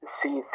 see